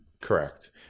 Correct